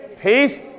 peace